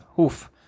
oof